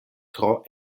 tro